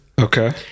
Okay